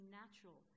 natural